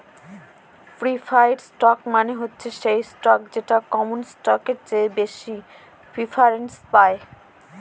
preferred stock মানে হচ্ছে সেই স্টক যেটা কমন স্টকের চেয়ে বেশি প্রিফারেন্স পায়